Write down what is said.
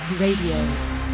Radio